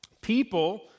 People